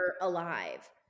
alive